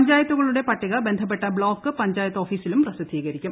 പഞ്ചായത്തുകളുടെ പട്ടിക ബന്ധപ്പെട്ട ബ്ലോക്ക് പഞ്ചായത്ത് ഓഫീസിലും പ്രസിദ്ധീകരിക്കും